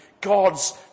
God's